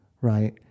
Right